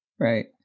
right